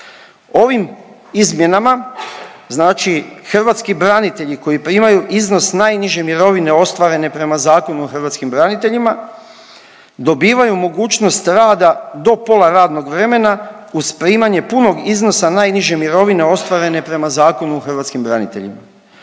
Ovim izmjenama znači hrvatski branitelji koji primaju iznos najniže mirovine ostvarene prema Zakonu o hrvatskim braniteljima dobivaju mogućnost rada do pola radnog vremena uz primanje punog iznosa najniže mirovine ostvarene prema Zakonu o hrvatskim braniteljima.